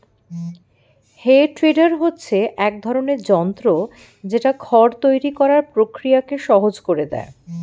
হে tedder হচ্ছে এক ধরণের যন্ত্র যেটা খড় তৈরী করার প্রক্রিয়াকে সহজ করে দেয়